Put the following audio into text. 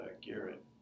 Garrett